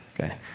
Okay